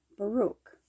Baruch